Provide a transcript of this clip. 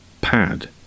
pad